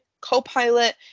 co-pilot